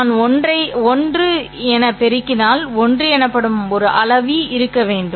நான் 1 என பெருக்கினால் 1 எனப்படும் ஒரு அளவி இருக்க வேண்டும்